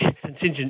contingent